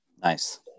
Nice